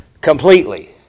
completely